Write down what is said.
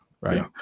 right